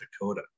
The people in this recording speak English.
dakota